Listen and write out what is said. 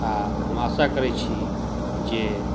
आ हम आशा करै छी जे